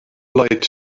lied